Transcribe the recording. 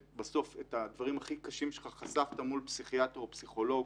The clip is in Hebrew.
כשאת הדברים הכי קשים שלך חשפת מול פסיכיאטר או פסיכולוג,